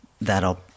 that'll